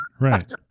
right